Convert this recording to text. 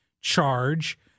charge